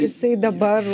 jisai dabar